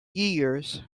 years